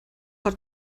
hat